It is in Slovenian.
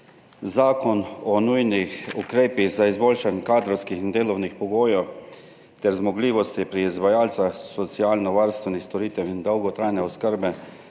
Zakon o nujnih ukrepih za izboljšanje kadrovskih in delovnih pogojev ter zmogljivosti pri izvajalcih socialno varstvenih storitev in dolgotrajne oskrbe